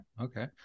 Okay